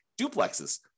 duplexes